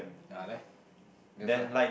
ah there that's why